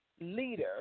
leader